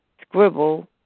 scribble